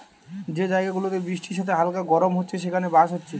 যে জায়গা গুলাতে বৃষ্টির সাথে হালকা গরম হচ্ছে সেখানে বাঁশ হচ্ছে